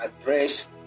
address